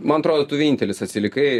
man atrodo tu vienintelis atsilikai